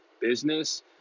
business